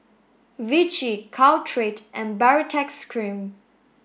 Vichy Caltrate and Baritex cream